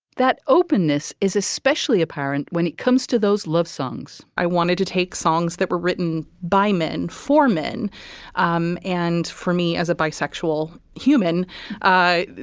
that openness is especially apparent when it comes to those love songs. i wanted to take songs that were written by men for men um and for me as a bisexual human